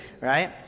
right